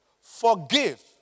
Forgive